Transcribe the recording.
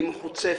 היא מחוצפת.